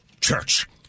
Church